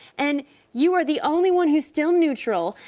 and you are the only one who's still neutral,